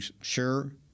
sure